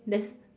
there's